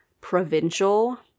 provincial